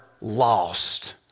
lost